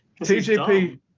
TJP